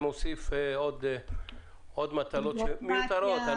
זה מוסיף עוד מטלות מיותרות.